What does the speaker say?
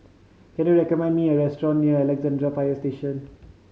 can you recommend me a restaurant near Alexandra Fire Station